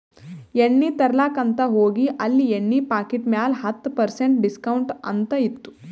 ಎಣ್ಣಿ ತರ್ಲಾಕ್ ಅಂತ್ ಹೋಗಿದ ಅಲ್ಲಿ ಎಣ್ಣಿ ಪಾಕಿಟ್ ಮ್ಯಾಲ ಹತ್ತ್ ಪರ್ಸೆಂಟ್ ಡಿಸ್ಕೌಂಟ್ ಅಂತ್ ಇತ್ತು